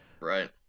right